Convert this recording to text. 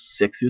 sexiest